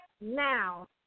now